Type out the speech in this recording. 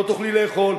לא תוכלי לאכול,